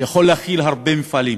יכול להכיל הרבה מפעלים,